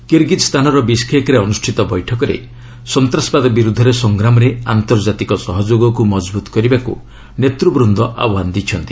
କିର୍ଗିଜ୍ଞାନର ବିଶ୍କେକ୍ରେ ଅନୁଷ୍ଠିତ ବୈଠକରେ ସନ୍ତାସବାଦ ବିରୁଦ୍ଧରେ ସଂଗ୍ରାମରେ ଆନ୍ତର୍ଜାତିକ ସହଯୋଗକୁ ମଜବୁତ କରିବାକୁ ନେତୂବୃନ୍ଦ ଆହ୍ୱାନ ଦେଇଛନ୍ତି